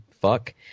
fuck